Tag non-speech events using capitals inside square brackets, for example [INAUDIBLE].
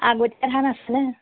[UNINTELLIGIBLE]